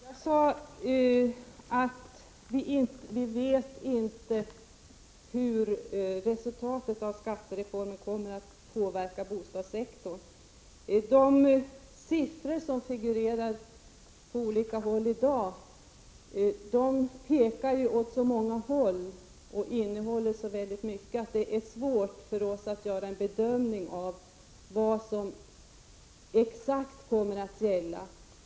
Herr talman! Jag sade att vi inte vet hur resultatet av skattereformen kommer att påverka bostadssektorn. De siffror som figurerar på olika håll i dag pekar åt många håll och innehåller så mycket att det är svårt för oss att göra en bedömning om vad som exakt kommer att gälla.